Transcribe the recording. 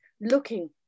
looking